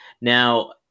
Now